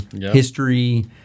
history